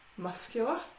Muscular